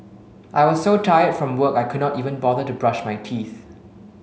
I was so tired from work I could not even bother to brush my teeth